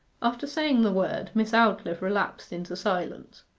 after saying the word, miss aldclyffe relapsed into silence.